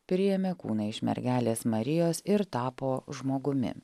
priėmė kūną iš mergelės marijos ir tapo žmogumi